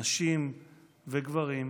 נשים וגברים,